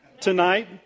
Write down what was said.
tonight